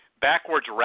backwards